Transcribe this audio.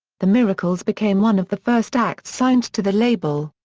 the miracles became one of the first acts signed to the label.